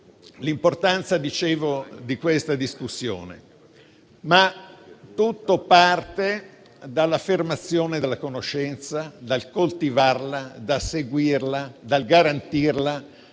l'importanza dell'odierna discussione. Tutto parte dall'affermazione della conoscenza, dal coltivarla, seguirla e garantirla,